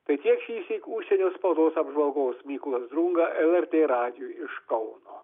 tai tiek šįsyk užsienio spaudos apžvalgos mykolas drunga lrt radijui iš kauno